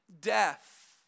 death